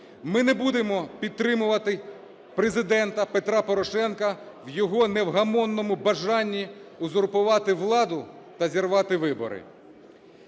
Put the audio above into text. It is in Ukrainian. Ми не будемо підтримувати Президента Петра Порошенка в його невгомонному бажанні узурпувати владу та зірвати вибори.